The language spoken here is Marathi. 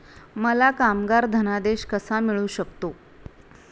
मला कामगार धनादेश कसा मिळू शकतो?